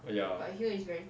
oh ya